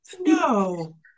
No